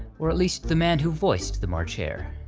or at least, the man who voiced the march hare.